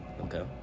Okay